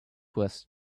worse